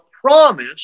promise